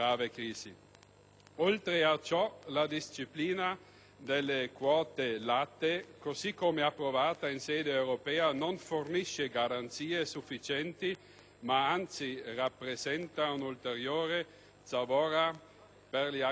Oltre a ciò, la disciplina delle quote latte, così come approvata in sede europea, non fornisce garanzie sufficienti, ma anzi rappresenta un'ulteriore zavorra per gli agricoltori.